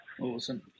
awesome